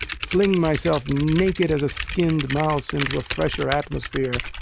fling myself naked as a skinned mouse into a fresher atmosphere!